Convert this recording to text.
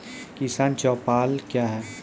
किसान चौपाल क्या हैं?